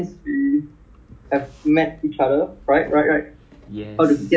year 要进 year two 了我 O_R_D 三年了 bro